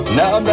now